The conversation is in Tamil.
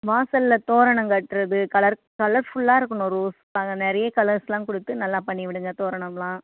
வாசலில் தோரணம் கட்டுறது கலர் கலர் புல்லாக இருக்கணும் ரோஸ் அங்கே நிறைய கலர்ஸ்லாம் கொடுத்து நல்லா பண்ணி விடுங்கள் தோரணம்லாம்